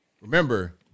Remember